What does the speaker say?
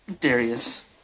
Darius